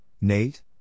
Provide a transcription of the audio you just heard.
Nate